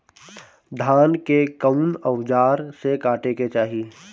धान के कउन औजार से काटे के चाही?